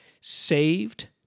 saved